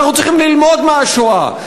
אנחנו צריכים ללמוד מהשואה,